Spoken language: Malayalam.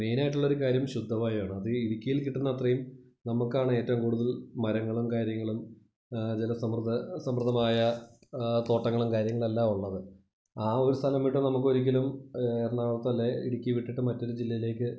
മെയിനായിട്ടുള്ള ഒരു കാര്യം ശുദ്ധവായു ആണ് അത് ഈ ഇടുക്കിയില് കിട്ടുന്ന അത്രയും നമ്മൾക്കാണ് ഏറ്റവും കൂടുതല് മരങ്ങളും കാര്യങ്ങളും ജലസമൃദ്ധ സമൃദ്ധമായ തോട്ടങ്ങളും കാര്യങ്ങളെല്ലാം ഉള്ളത് ആ ഒരു സ്ഥലം വിട്ട് നമ്മൾക്ക് ഒരിക്കലും എറണാകുളത്തോ അല്ലേ ഇടുക്കി വിട്ടിട്ട് മറ്റൊരു ജില്ലയിലേക്ക്